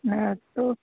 हाँ तो